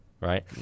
right